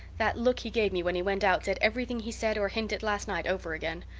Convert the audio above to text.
that look he gave me when he went out said everything he said or hinted last night over again.